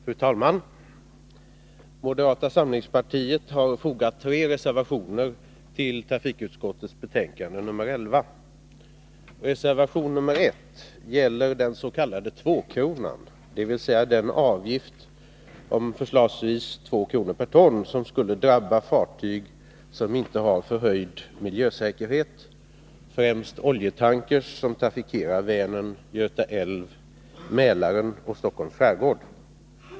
Fru talman! Moderata samlingspartiet har fogat tre reservationer till trafikutskottets betänkande nr 11. Reservation nr 1 gäller dens.k. tvåkronan, dvs. den avgift om förslagsvis 2 kr. per ton som skulle drabba fartyg som inte har förhöjd miljösäkerhet, främst oljetankrar som trafikerar Vänern, Göta älv, Mälaren och Stockholms skärgård.